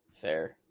Fair